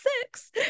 six